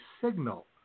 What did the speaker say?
signal